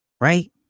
Right